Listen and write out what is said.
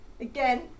Again